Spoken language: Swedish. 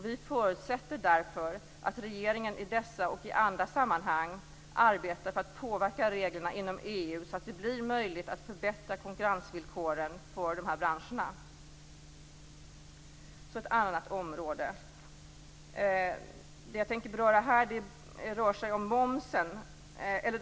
Vi förutsätter därför att regeringen i dessa och andra sammanhang arbetar för att påverka reglerna inom EU så att det blir möjligt att förbättra konkurrensvillkoren för dessa branscher. Då går jag över till ett annat område.